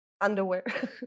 underwear